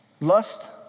Lust